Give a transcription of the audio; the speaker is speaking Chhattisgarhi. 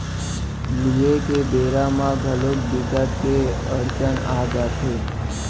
लूए के बेरा म घलोक बिकट के अड़चन आ जाथे